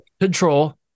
Control